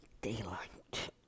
daylight